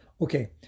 Okay